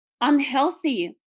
unhealthy